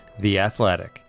theathletic